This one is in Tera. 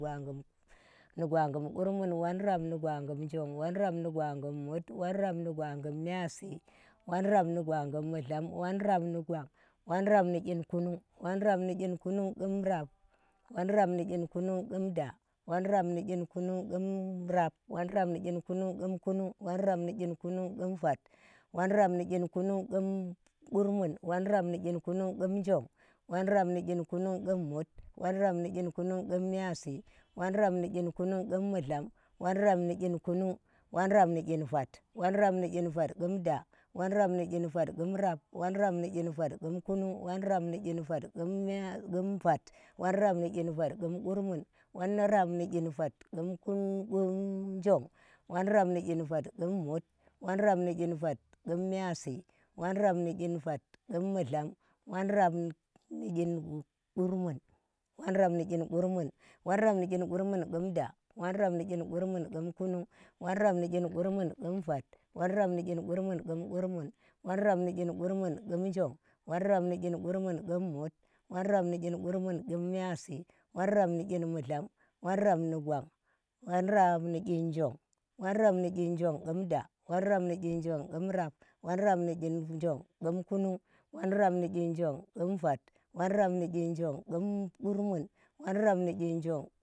W aqun ni gwaqum qurmun, whon rap ni gwaqum njong, whon rap ni gwaqum mut, whon rap ni gwaqum myiyasi, whon rap ni gwaqum mudlam, whon rap ni gwan, whon rap ni qinkunug, whon rap ni qinkunung qum da, whon rap ni qinkunug qum kunung, whon rap ni qinkunung qum vat, whon rap ni qin kunung qum qurmun, whon rap ni whon rap ni qinkunung qum njong, whon rap qinkunung qum mut, whon rap ni qinkunung qum mudlam, whon rap ni qim kunung. whon rap ni qin vat. whon rap in qinvat qum da, whon rap ni qinvat qum rap, whon rap ni qinvat qum vat, whon rap ni qinvat qum qurmun, whon rap ni qinvat qum mut, whon ni qinvat qum mudlam, whon rap ni qinqurmun, whon rap ni qinqurmun. whon rap ni qinqurmun qum da, whon rap ni qinqurmun qum da, who rap ni qinqurmun qum vat, who rap ni qinqurmun, whon rap ni qinqurmun qum yasi, whon rap ni qinqurmun mulam, who rap ni qinqurmun qum njong, whon rap ni qingurmun qum mut, whon rap ni qinqurum qum myiyasi, whon rap ni qinmudlam, whon rap ni gwan. whon rap ni qin njong, whon rap ni qin njong qum rap, whon rap ni qinnjong qum kunung, whon rap ni qin njong qum vat, whon rap ni qin njong qum qurmun.